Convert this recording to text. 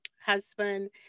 husband